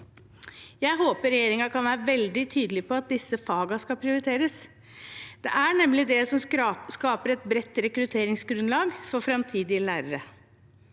Jeg håper regjeringen kan være veldig tydelig på at disse fagene skal prioriteres. Det er nemlig det som skaper et bredt rekrutteringsgrunnlag for framtidige lærere.